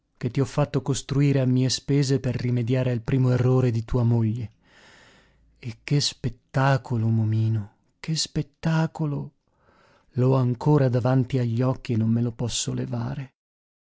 che ti ho fatto costruire a mie spese per rimediare al primo errore di tua moglie e che spettacolo momino che spettacolo l'ho ancora davanti agli occhi e non me lo posso levare